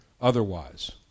otherwise